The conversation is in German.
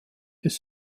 des